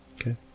Okay